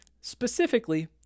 specifically